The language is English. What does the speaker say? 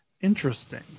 interesting